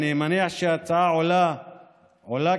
אני מניח שההצעה עולה כסף,